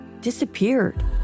disappeared